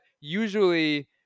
usually